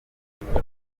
umuhutu